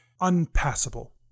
Unpassable